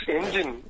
engine